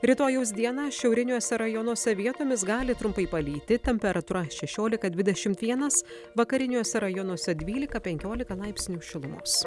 rytojaus dieną šiauriniuose rajonuose vietomis gali trumpai palyti temperatūra šešiolika dvidešimt vienas vakariniuose rajonuose dvylika penkiolika laipsnių šilumos